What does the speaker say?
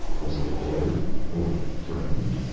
was he eager or frightened,